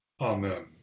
Amen